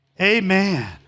Amen